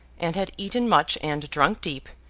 and had eaten much and drunk deep,